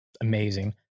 amazing